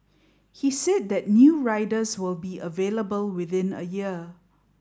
he said that new riders will be available within a year